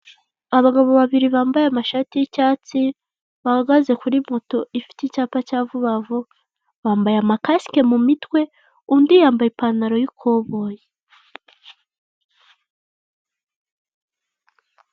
Abagabo babiri bambaye amashati y'icyatsi bahagaze kuri moto ifite icyapa cya vubavuba bambaye amakasike mu mitwe undi ipantaro y'ikoboyi.